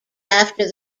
after